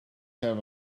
have